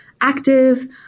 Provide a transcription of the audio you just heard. active